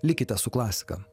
likite su klasika